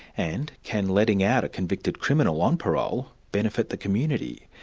and, can letting out a convicted criminal on parole benefit the community?